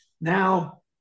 Now